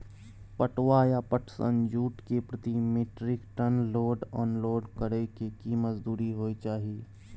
पटुआ या पटसन, जूट के प्रति metric tonne load unload करै के की मजदूरी होय चाही?